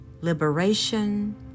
liberation